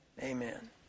Amen